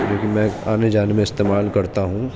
جوکہ میں آنے جانے میں استعمال کرتا ہوں